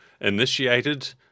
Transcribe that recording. initiated